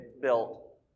built